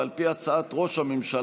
ועל פי הצעת ראש הממשלה,